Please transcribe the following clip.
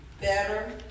better